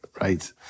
right